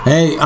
Hey